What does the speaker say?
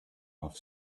off